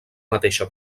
mateixa